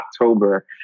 October